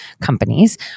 companies